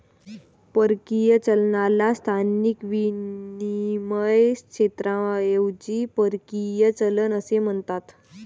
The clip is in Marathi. परकीय चलनाला स्थानिक विनिमय क्षेत्राऐवजी परकीय चलन असे म्हणतात